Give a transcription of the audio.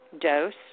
dose